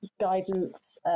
guidance